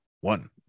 one